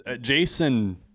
Jason